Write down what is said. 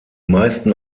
meisten